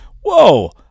whoa